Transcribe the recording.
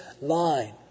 line